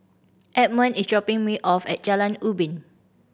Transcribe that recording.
Edmond is dropping me off at Jalan Ubin